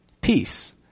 peace